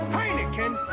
Heineken